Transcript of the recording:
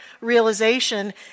realization